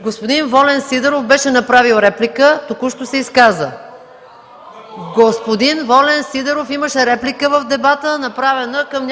Господин Волен Сидеров беше направил реплика, току-що се изказа. (Реплики.) Господин Волен Сидеров имаше реплика в дебата, направена към